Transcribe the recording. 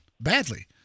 badly